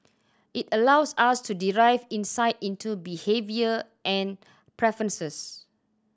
it allows us to derive insight into behaviour and preferences